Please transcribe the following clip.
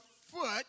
foot